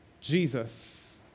Jesus